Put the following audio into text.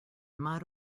mud